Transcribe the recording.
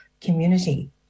community